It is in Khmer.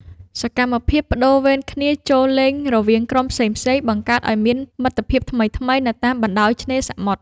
សកម្មភាពប្ដូរវេនគ្នាចូលលេងរវាងក្រុមផ្សេងៗ បង្កើតឱ្យមានមិត្តភាពថ្មីៗនៅតាមបណ្ដោយឆ្នេរសមុទ្រ។